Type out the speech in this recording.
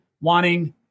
wanting